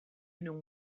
know